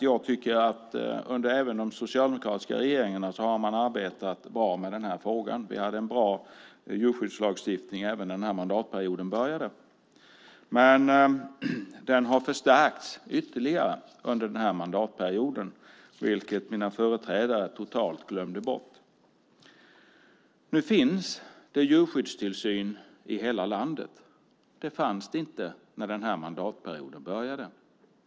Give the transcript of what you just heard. Jag tycker att även under de socialdemokratiska regeringarna har man arbetat bra med den frågan. Vi hade en bra djurskyddslagstiftning även när den här mandatperioden började. Men den har förstärkts ytterligare under den här mandatperioden, vilket föregående talare totalt glömde bort. Nu finns det djurskyddstillsyn i hela landet. Det fanns det inte när den här mandatperioden började.